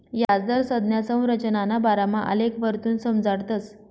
याजदर संज्ञा संरचनाना बारामा आलेखवरथून समजाडतस